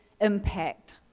impact